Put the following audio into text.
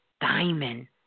diamond